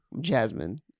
Jasmine